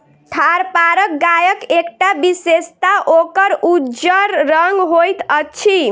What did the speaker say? थारपारकर गायक एकटा विशेषता ओकर उज्जर रंग होइत अछि